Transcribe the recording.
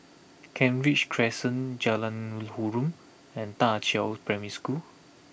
Kent Ridge Crescent Jalan Harum and Da Qiao Primary School